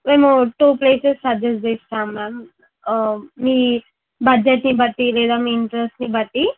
మేము two places suggest చేస్తాం ma'am మీ బడ్జెట్ని బట్టి లేదా మీ ఇంట్రస్ట్ని బట్టి